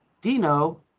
Dino